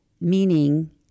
Meaning